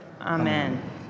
Amen